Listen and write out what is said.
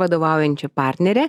vadovaujančia partnere